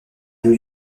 new